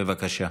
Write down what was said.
בבקשה.